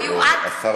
זה משהו בלתי נתפס.